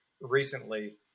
recently